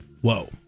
Whoa